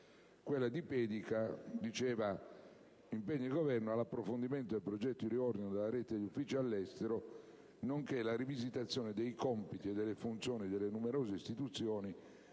Quella del senatore Pedica impegna il Governo «ad approfondire il progetto di riordino della rete degli uffici all'estero», nonché alla «rivisitazione dei compiti e delle funzioni delle numerose istituzioni